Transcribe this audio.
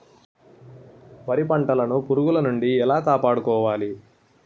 వరి పంటను పురుగుల నుండి ఎలా కాపాడుకోవాలి?